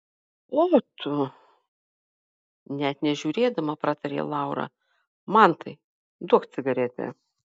o tu net nežiūrėdama pratarė laura mantai duok cigaretę